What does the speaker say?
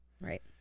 Right